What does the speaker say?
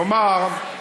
כלומר,